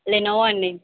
Lenovo అండి